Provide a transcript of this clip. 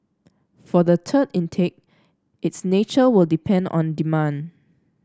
for the third intake its nature will depend on demand